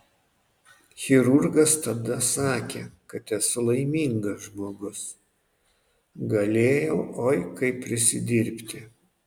chirurgas tada sakė kad esu laimingas žmogus galėjau oi kaip prisidirbti